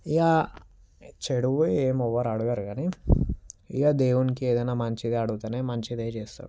ఇగ చెడువి ఏమీ ఎవ్వరు అడగరు కానీ ఇక దేవునికి ఏదైనా మంచిగా అడిగితేనే మంచిదే చేస్తారు